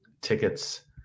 tickets